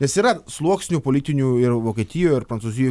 nes yra sluoksnių politinių ir vokietijoj ir prancūzijoj